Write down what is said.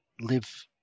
live